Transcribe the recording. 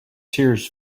tears